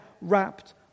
wrapped